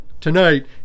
tonight